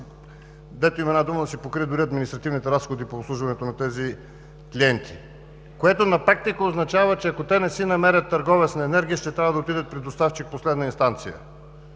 дето има една дума, да си покрие дори административните разходи по обслужването на тези клиенти. На практика това означава, че ако те не си намерят търговец на енергия, ще трябва да отидат при доставчик последна инстанция,